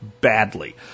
badly